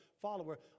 follower